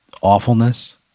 awfulness